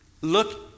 Look